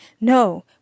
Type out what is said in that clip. No